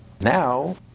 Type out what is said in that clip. Now